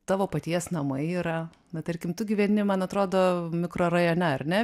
tavo paties namai yra na tarkim tu gyveni man atrodo mikrorajone ar ne